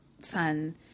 son